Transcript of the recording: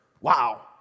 Wow